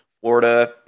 Florida